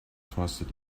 trusted